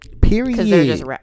Period